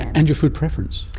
and your food preference.